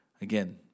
Again